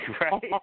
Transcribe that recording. Right